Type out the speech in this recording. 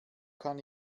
kann